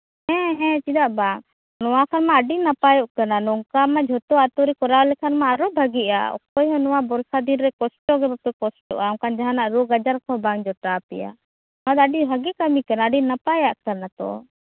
ᱦᱮᱸ ᱦᱮᱸ ᱪᱮᱫᱟᱜ ᱵᱟᱝ ᱱᱚᱣᱟ ᱠᱷᱟᱱ ᱢᱟ ᱟᱰᱤ ᱱᱟᱯᱟᱭᱚᱜ ᱠᱟᱱᱟ ᱱᱚᱝᱠᱟ ᱢᱟ ᱡᱷᱚᱛᱚ ᱟᱛᱳᱨᱮ ᱠᱚᱨᱟᱣ ᱞᱮᱠᱷᱟᱡ ᱢᱟ ᱟᱨᱚ ᱵᱷᱟᱜᱤᱜᱼᱟ ᱚᱠᱚᱭ ᱦᱚᱸ ᱱᱚᱣᱟ ᱵᱚᱨᱥᱟ ᱫᱤᱱ ᱨᱮ ᱠᱚᱥᱴᱚ ᱜᱮ ᱵᱟᱠᱚ ᱠᱚᱥᱛᱚᱜᱼᱟ ᱚᱝᱠᱟᱱ ᱡᱟᱦᱟᱸᱱᱟᱜ ᱨᱳᱜᱽ ᱟᱡᱟᱨ ᱠᱚᱦᱚᱸ ᱵᱟᱝ ᱡᱚᱴᱟᱣ ᱯᱮᱭᱟ ᱱᱚᱣᱟ ᱫᱚ ᱟᱰᱤ ᱵᱷᱟᱜᱮ ᱠᱟᱢᱤ ᱠᱟᱱᱟ ᱟᱰᱤ ᱱᱟᱯᱟᱭᱟᱜ ᱠᱟᱱᱟ ᱛᱚ